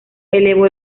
elevó